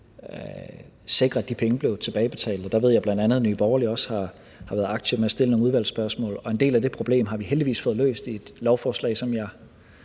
sikre, at de penge blev tilbagebetalt. Jeg ved, at bl.a. Nye Borgerlige også har været aktive ved at stille nogle udvalgsspørgsmål. En del af det problem har vi heldigvis fået løst i et lovforslag, som